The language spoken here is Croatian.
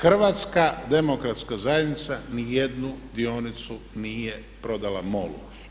Hrvatska demokratska zajednica ni jednu dionicu nije prodala MOL-u.